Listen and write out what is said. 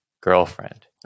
girlfriend